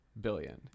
billion